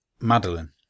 Madeline